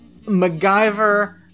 MacGyver